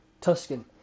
Tuscan